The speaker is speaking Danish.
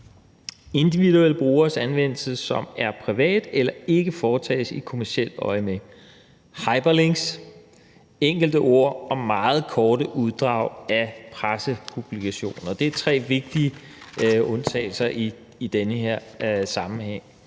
individuelle brugeres anvendelse, som er privat eller ikke foretages i kommercielt øjemed; hyperlinks; enkelte ord og meget korte uddrag af pressepublikationer. Det er tre vigtige undtagelser i den her sammenhæng.